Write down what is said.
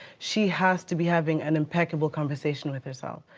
she has to be having an impeccable conversation with herself.